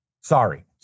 Sorry